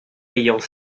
ayant